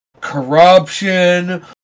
Corruption